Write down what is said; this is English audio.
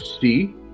see